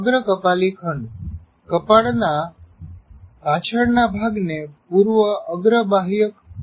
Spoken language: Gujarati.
અગ્ર કપાલી ખંડ કપાળના પાછળના ભાગને પૂર્વ અગ્ર બાહ્યક કહેવાય છે